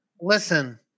Listen